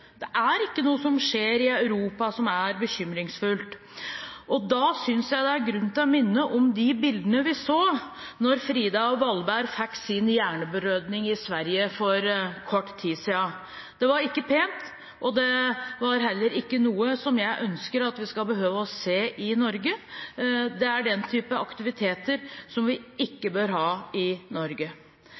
Det er ikke noe som skjer i Europa, som er bekymringsfullt. Da synes jeg det er grunn til å minne om de bildene vi så da Frida Wallberg fikk hjerneblødning i Sverige for kort tid siden. Det var ikke pent, og det var heller ikke noe jeg ønsker at vi skal behøve å se i Norge. Det er den typen aktiviteter som vi ikke bør ha i Norge.